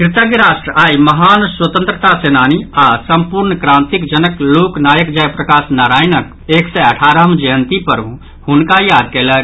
कृतज्ञ राष्ट्र आई महान स्वतंत्रता सेनानी आओर संपूर्ण क्रांतिक जनक लोक नायक जयप्रकाश नारायणक एक सय अठारहम जयंती पर हुनका याद कयलक